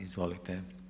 Izvolite.